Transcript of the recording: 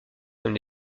comme